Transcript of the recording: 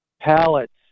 pallets